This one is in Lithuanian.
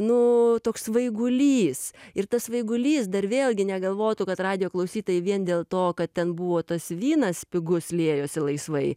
nu toks svaigulys ir tas svaigulys dar vėlgi negalvotų kad radijo klausytojai vien dėl to kad ten buvo tas vynas pigus liejosi laisvai